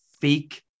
fake